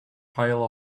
pile